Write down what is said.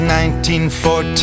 1914